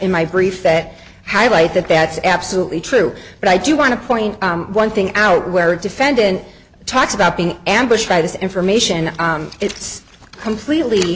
in my brief that how might that that's absolutely true but i do want to point one thing out where a defendant talks about being ambushed by this information it's completely